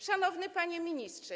Szanowny Panie Ministrze!